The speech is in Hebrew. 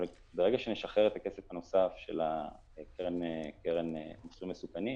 ברגע שנשחרר את הכסף הנוסף של הקרן לעסקים מסוכנים,